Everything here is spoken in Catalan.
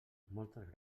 moltes